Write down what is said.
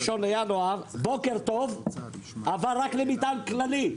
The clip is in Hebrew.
מ-1.1 בוקר טוב עבר אבל רק למטען כללי.